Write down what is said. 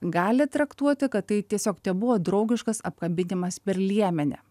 gali traktuoti kad tai tiesiog tebuvo draugiškas apkabinimas per liemenį